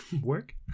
Work